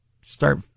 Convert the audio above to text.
start